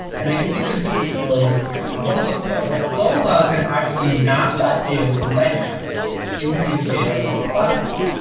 and can see there's different flows here. and what is a flow? well, a flow allows me to actually map that data within dynamics into the data within platform.